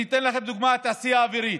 אני אתן לכם לדוגמה את התעשייה האווירית,